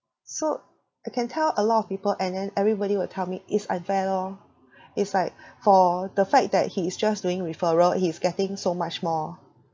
so I can tell a lot of people and then everybody would tell me it's unfair lor it's like for the fact that he is just doing referral he is getting so much more